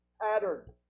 pattern